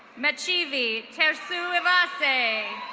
mechivi tersuivasay.